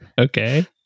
Okay